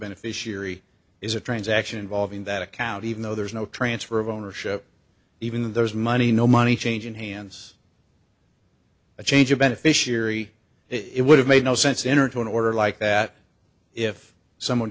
beneficiary is a transaction involving that account even though there is no transfer of ownership even there is money no money changing hands a change a beneficiary it would have made no sense in or to an order like that if someone